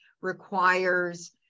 requires